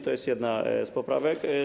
To jest jedna z poprawek.